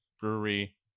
brewery